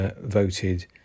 voted